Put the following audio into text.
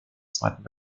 zweiten